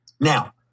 Now